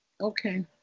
okay